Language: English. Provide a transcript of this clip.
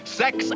sex